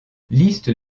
liste